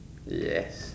ya